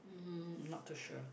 uh not too sure